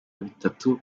bitatu